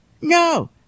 no